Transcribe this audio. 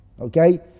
okay